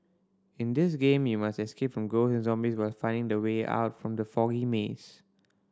in this game you must escape from ghost and zombies while finding the way out from the foggy maze